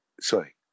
sorry